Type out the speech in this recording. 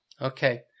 Okay